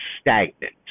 stagnant